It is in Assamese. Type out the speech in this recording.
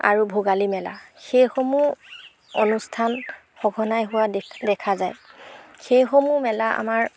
আৰু ভোগালী মেলা সেইসমূহ অনুষ্ঠান সঘনাই হোৱা দেখা যায় সেইসমূহ মেলা আমাৰ